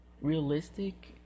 realistic